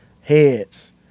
heads